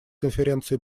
конференции